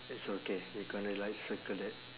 it's okay we gonna like circle that